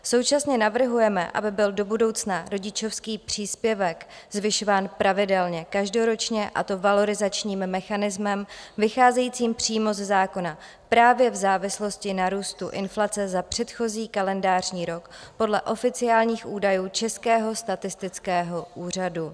Současně navrhujeme, aby byl do budoucna rodičovský příspěvek zvyšován pravidelně každoročně, a to valorizačním mechanismem vycházejícím přímo ze zákona právě v závislosti na růstu inflace za předchozí kalendářní rok podle oficiálních údajů Českého statistického úřadu.